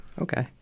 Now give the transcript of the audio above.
Okay